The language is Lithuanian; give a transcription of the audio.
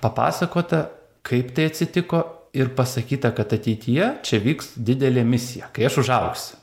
papasakota kaip tai atsitiko ir pasakyta kad ateityje čia vyks didelė misija kai aš užaugsiu